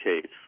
case